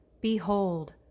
Behold